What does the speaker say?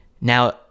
now